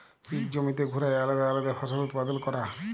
ইক জমিতে ঘুরায় আলেদা আলেদা ফসল উৎপাদল ক্যরা